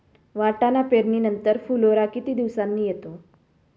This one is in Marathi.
वाटाणा पेरणी नंतर फुलोरा किती दिवसांनी येतो?